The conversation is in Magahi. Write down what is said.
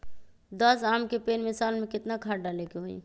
दस आम के पेड़ में साल में केतना खाद्य डाले के होई?